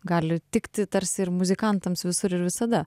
gali tikti tarsi ir muzikantams visur ir visada